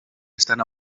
estan